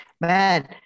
man